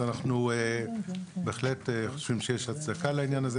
אנחנו בהחלט חושבים שיש הצדקה לעניין הזה.